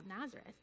Nazareth